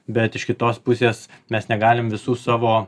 bet iš kitos pusės mes negalim visų savo